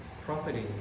Property